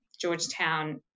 Georgetown